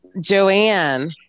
Joanne